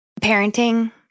parenting